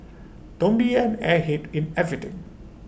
don't be an airhead in everything